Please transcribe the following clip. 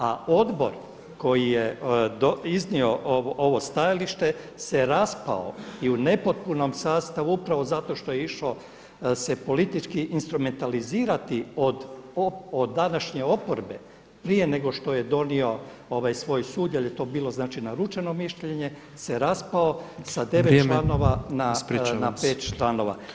A Odbor koji je iznio ovo stajalište se raspao i u nepotpunom sastavu upravo zato što je išao se politički instrumentalizirati od današnje oporbe prije nego što je donio svoj sud jer je to bilo znači naručeno mišljenje, se raspravo sa 9 članova na 5 članova